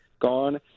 gone